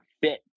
fit